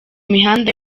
mihanda